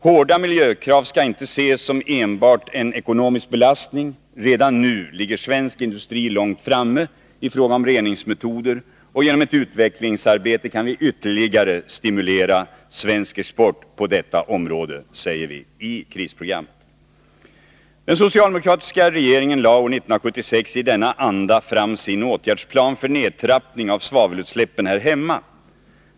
”Hårda miljökrav skall inte ses som enbart en ekonomisk belastning. Redan nu ligger svensk industri långt framme i fråga om reningsmetoder och genom ett utvecklingsarbete kan vi ytterligare stimulera svensk export på detta område.” Den socialdemokratiska regeringen lade år 1976 i denna anda fram sin åtgärdsplan för nedtrappning av svavelutsläppen här hemma.